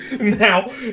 now